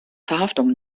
verhaftungen